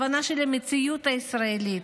הבנה של המציאות הישראלית.